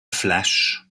flash